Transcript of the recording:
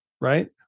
right